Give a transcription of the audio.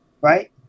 Right